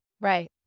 Right